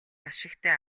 ашигтай